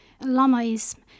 Lamaism